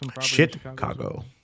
Chicago